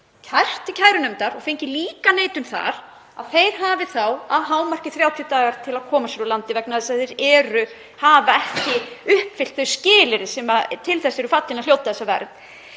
kært til kærunefndar og fengið líka neitun þar hafi þá að hámarki 30 daga til að koma sér úr landi vegna þess að þeir hafa ekki uppfyllt þau skilyrði sem eru til þess fallin að hljóta þessa vernd.